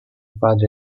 padre